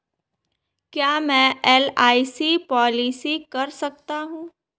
क्या मैं LIC policy कर सकता हूं?